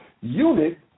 unit